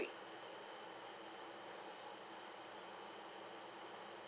free